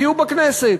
תהיו בכנסת,